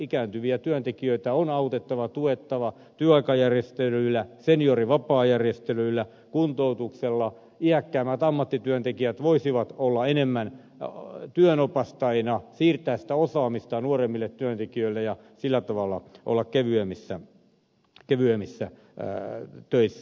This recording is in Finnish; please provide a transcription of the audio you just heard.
ikääntyviä työntekijöitä on autettava tuettava työaikajärjestelyillä seniorivapaajärjestelyillä kuntoutuksella iäkkäimmät ammattityöntekijät voisivat olla enemmän työhönopastajina siirtää sitä osaamista nuoremmille työntekijöille ja sillä tavalla olla kevyemmissä töissä